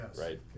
right